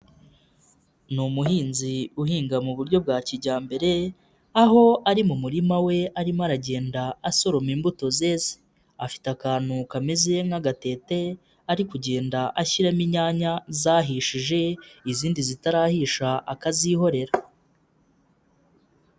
Ni umuhinzi uhinga mu buryo bwa kijyambere, aho ari mu murima we arimo aragenda asoroma imbuto zeze, afite akantu kameze nk'agatete, ari kugenda ashyiramo inyanya zahishije, izindi zitarahisha akazihorera.